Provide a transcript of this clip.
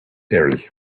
early